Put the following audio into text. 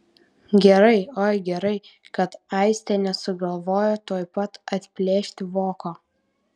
gerai oi gerai kad aistė nesugalvojo tuoj pat atplėšti voko